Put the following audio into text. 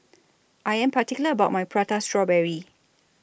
I Am particular about My Prata Strawberry